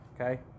Okay